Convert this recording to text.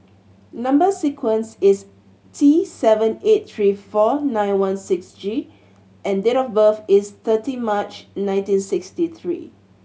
number sequence is T seven eight three four nine one six G and date of birth is thirty March nineteen sixty three